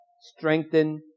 strengthen